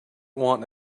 want